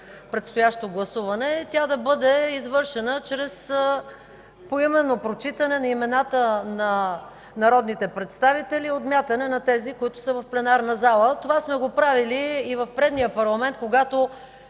предстоящо гласуване, тя да бъде извършена чрез поименно прочитане имената на народните представители и отмятане на тези, които са в пленарната зала. Това сме го правили и в предния парламент, когато